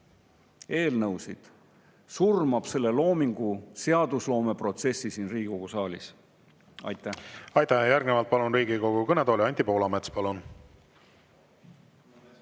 surmab selle loomingu-, seadusloomeprotsessi siin Riigikogu saalis. Aitäh! Aitäh! Järgnevalt palun Riigikogu kõnetooli Anti Poolametsa. Palun!